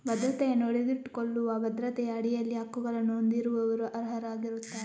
ಭದ್ರತೆಯನ್ನು ಹಿಡಿದಿಟ್ಟುಕೊಳ್ಳುವ ಭದ್ರತೆಯ ಅಡಿಯಲ್ಲಿ ಹಕ್ಕುಗಳನ್ನು ಹೊಂದಿರುವವರು ಅರ್ಹರಾಗಿರುತ್ತಾರೆ